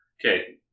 Okay